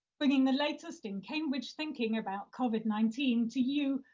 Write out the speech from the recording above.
bringing the latest in cambridge thinking about covid nineteen to you,